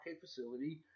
facility